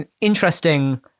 interesting